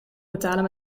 betalen